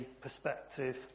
perspective